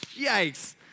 yikes